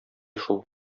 шул